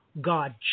God